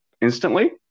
instantly